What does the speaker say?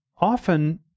often